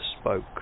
spoke